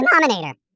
denominator